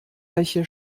welche